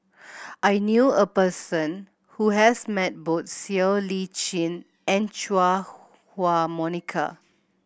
I knew a person who has met both Siow Lee Chin and Chua Huwa Monica